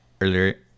earlier